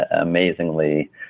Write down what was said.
amazingly